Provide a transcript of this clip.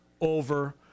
over